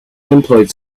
employed